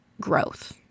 growth